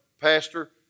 pastor